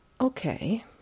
Okay